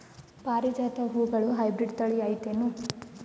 ಪಾರಿಜಾತ ಹೂವುಗಳ ಹೈಬ್ರಿಡ್ ಥಳಿ ಐತೇನು?